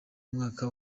mwaka